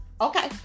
Okay